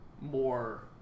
more